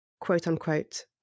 quote-unquote